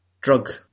drug